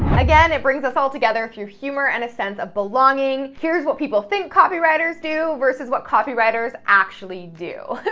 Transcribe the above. again, it brings us all together through humor and a sense of belonging. here's what people think copywriters do versus what copywriters actually do.